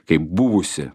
kaip buvusi